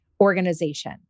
organization